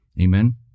Amen